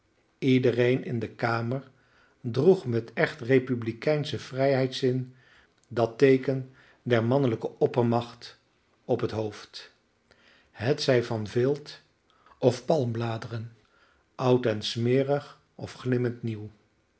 iedereen in de kamer droeg met echt republikeinschen vrijheidszin dat teeken der mannelijke oppermacht op het hoofd hetzij van vilt of palmbladeren oud en smerig of glimmend nieuw